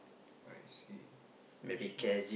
I see so